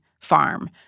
Farm